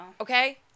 Okay